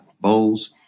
bowls